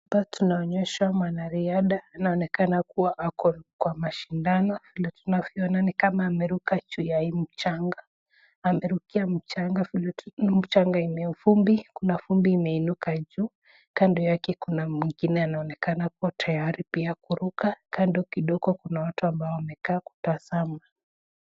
Hapa tunaonyeshwa mwanariadha anaonekana kuwa ako kwa mashindano. Vile tunavyoona ni kama ameruka juu ya hii mchanga. Amerukia mchanga vile tunaona mchanga ime vumbi kuna vumbi imeinuka juu. Kando yake kuna mwengine anaonekana tuwa tayari pia kuruka. Kando kidogo kuna watu ambao wamekaa kutazama.